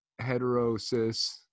heterosis